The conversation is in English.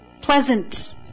pleasant